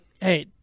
hey